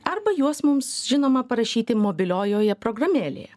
arba juos mums žinoma parašyti mobiliojoje programėlėje